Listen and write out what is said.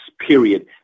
period